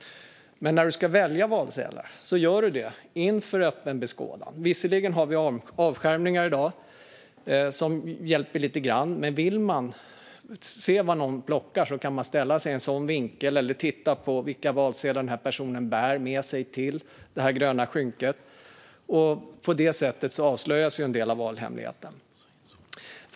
Men när man ska välja valsedlar gör man det inför öppen ridå. Visserligen har vi avskärmningar i dag som hjälper lite grann. Men vill man se vad någon plockar kan man ställa sig i en sådan vinkel eller titta på vilka valsedlar personen bär med sig till det gröna skynket. På det sättet avslöjas ju en del av valhemligheten.